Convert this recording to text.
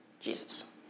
Jesus